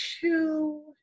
two